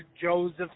Joseph